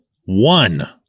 one